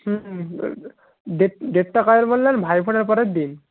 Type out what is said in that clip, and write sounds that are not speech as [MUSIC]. হুম [UNINTELLIGIBLE] ডেটটা কবে বললেন ভাইফোঁটার পরের দিন